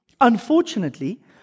Unfortunately